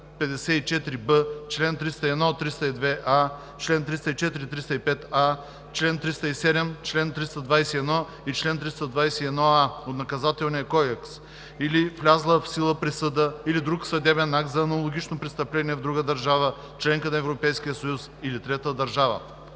254б, чл. 301 – 302а, чл. 304 – 305а, чл. 307, чл. 321 и чл. 321а от Наказателния кодекс, или влязла в сила присъда или друг съдебен акт за аналогично престъпление в друга държава – членка на Европейския съюз, или трета държава;